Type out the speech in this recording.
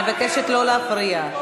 אני מבקשת לא להפריע.